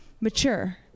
mature